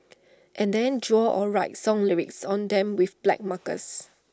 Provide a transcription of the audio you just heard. and then draw or write song lyrics on them with black markers